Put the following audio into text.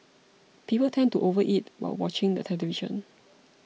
people tend to overeat while watching the television